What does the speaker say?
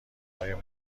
قایم